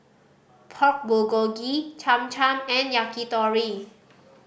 Pork Bulgogi Cham Cham and Yakitori